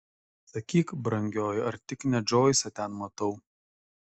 sakyk brangioji ar tik ne džoisą ten matau